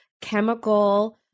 chemical